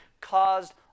caused